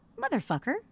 Motherfucker